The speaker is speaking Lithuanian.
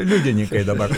liudininkai dabar